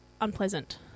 unpleasant